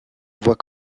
voit